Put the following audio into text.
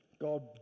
God